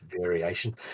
variation